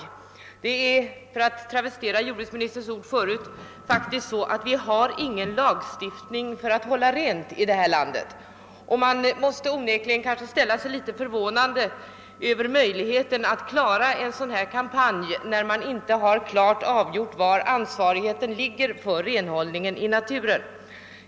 Vi har faktiskt, för att travestera jordbruksministerns ord förut, ingen lagstiftning för att hålla rent i det här landet, och man måste onekligen ställa sig litet förvånad över möjligheten att klara en sådan här kampanj, när det inte är klart avgjort var ansvaret ligger för renhållningen i naturen.